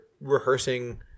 rehearsing